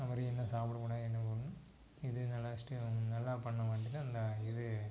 அந்த மாதிரி என்ன சாப்பிடக்கூடாது என்ன பண்ணணும் எது நல்லா ஸ்ட நல்லா பண்ண மாட்டேங்குது அந்த இது